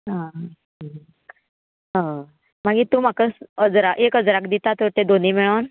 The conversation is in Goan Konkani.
आं आं मागी तूं म्हाका अजरा एक अजराक दिता तर ते दोनी मेळोन